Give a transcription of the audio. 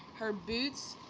her boots,